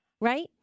right